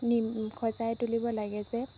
নিম সজাই তুলিব লাগে যে